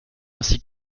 ainsi